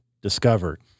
discovered